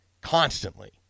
constantly